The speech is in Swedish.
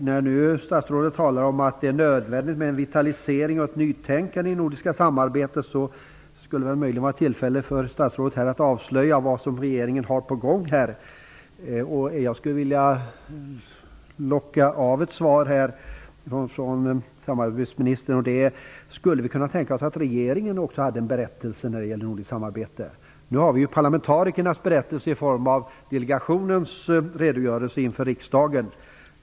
När nu statsrådet säger att det är nödvändigt med en vitalisering och ett nytänkande i det nordiska samarbetet kunde det möjligen vara ett tillfälle för statsrådet att här avslöja vad regeringen har på gång här. Jag skulle vilja locka ett svar ur samarbetsministern på följande fråga: Skulle vi kunna tänka oss att regeringen också hade en berättelse när det gäller nordiskt samarbete? Nu har vi parlamentarikernas berättelse i form av delegationens redogörelse inför riksdagen.